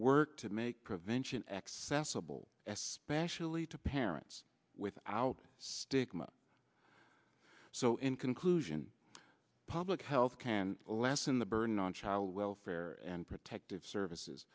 work to make prevention accessible especially to parents without stigma so in conclusion public health can lessen the burden on child welfare and protective services